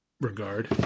regard